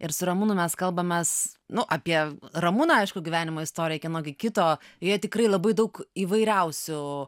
ir su ramūnu mes kalbames nu apie ramūną aišku gyvenimo istorija kieno gi kito jie tikrai labai daug įvairiausių